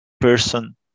person